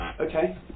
Okay